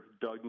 Doug